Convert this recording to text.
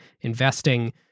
investing